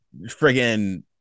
friggin